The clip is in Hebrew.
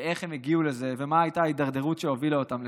איך הם הגיעו לזה ומה הייתה ההידרדרות שהובילה אותם לשם,